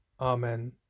Amen